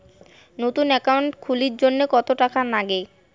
নতুন একাউন্ট খুলির জন্যে কত টাকা নাগে?